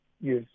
yes